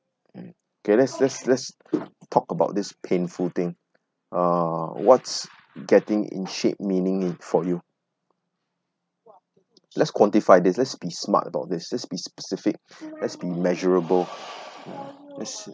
okay let's let's let's talk about this painful thing uh what's getting in shape meaning for you let's quantify this let's be smart about this just be specific let's be measurable let's see